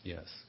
Yes